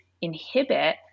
inhibit